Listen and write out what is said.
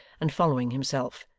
and following himself.